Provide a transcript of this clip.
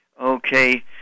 Okay